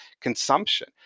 consumption